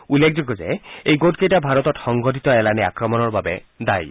উল্লেখযোগ্য যে এই গোটকেইটা ভাৰতত সংঘটিত এলানি আক্ৰমণৰ বাবে দায়ী